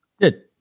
Good